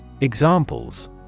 Examples